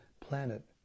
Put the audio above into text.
planet